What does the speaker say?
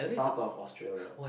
South of Australia